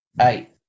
eight